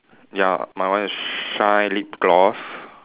ya my one is shine lip gloss